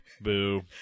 Boo